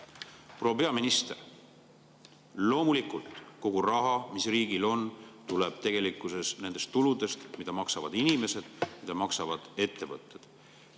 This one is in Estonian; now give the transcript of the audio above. Proua peaminister! Loomulikult, kogu raha, mis riigil on, tuleb tegelikkuses nendest [maksudest], mida maksavad inimesed ja mida maksavad ettevõtted.